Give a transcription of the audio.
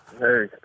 Hey